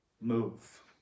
move